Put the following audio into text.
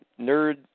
nerd